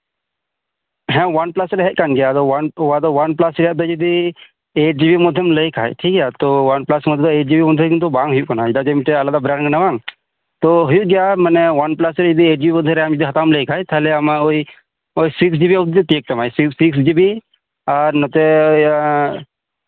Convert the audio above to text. ᱦᱮᱸ OnePlus ᱨᱮᱭᱟᱜ ᱦᱮᱡ ᱟᱠᱟᱱ ᱜᱮᱭᱟ ᱟᱫᱚ ᱚᱣᱟᱱ ᱯᱞᱟᱥ ᱫᱚ ᱡᱩᱫᱤ ᱮᱭᱤᱴ ᱡᱤᱵᱤ ᱞᱮᱠᱟᱢ ᱞᱟᱹᱭ ᱠᱷᱟᱡ ᱛᱚ ᱚᱣᱟᱱ ᱯᱞᱟᱥ ᱨᱮ ᱱᱮᱛᱟᱨ ᱮᱭᱤᱴ ᱡᱤᱵᱤ ᱵᱟᱝ ᱦᱩᱭᱩᱜ ᱠᱟᱱᱟ ᱚᱱᱟ ᱫᱮ ᱟᱞᱟᱫᱟ ᱵᱨᱮᱱᱰ ᱠᱟᱱᱟ ᱵᱟᱝ ᱛᱚ ᱦᱩᱭᱩᱜ ᱜᱮᱭᱟ ᱟᱢ ᱡᱩᱫᱤ ᱚᱣᱟᱱ ᱯᱞᱟᱥ ᱮᱭᱤᱴ ᱡᱤᱵᱤ ᱨᱮ ᱦᱟᱛᱟᱣᱮᱢ ᱞᱟᱹᱭᱮᱫ ᱠᱷᱟᱡ ᱛᱟᱞᱦᱮ ᱚᱱᱟ ᱳᱭ ᱥᱤᱠᱥ ᱡᱤᱵᱤ ᱚᱵᱫᱤᱭ ᱛᱤᱭᱳᱜᱽ ᱛᱟᱢᱟ ᱚᱱᱟ ᱥᱤᱠᱥ ᱡᱤᱵᱤ ᱟᱨ ᱱᱚᱛᱮ